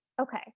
Okay